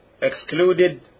excluded